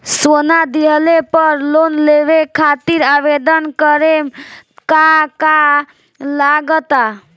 सोना दिहले पर लोन लेवे खातिर आवेदन करे म का का लगा तऽ?